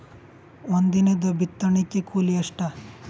ಒಂದಿನದ ಬಿತ್ತಣಕಿ ಕೂಲಿ ಎಷ್ಟ?